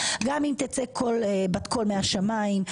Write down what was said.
גם אם תצא בת קול מהשמיים,